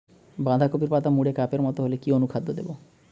বাঁধাকপির পাতা মুড়ে কাপের মতো হলে কি অনুখাদ্য দেবো?